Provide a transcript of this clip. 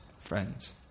friends